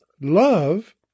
Love